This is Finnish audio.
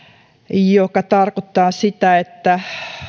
mikä tarkoittaa sitä että